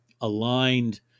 aligned